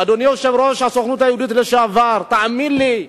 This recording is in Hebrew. אדוני, יושב-ראש הסוכנות היהודית לשעבר, תאמין לי,